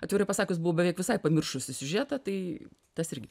atvirai pasakius buvau beveik visai pamiršusi siužetą tai tas irgi